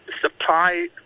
supply